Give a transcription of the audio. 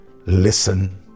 listen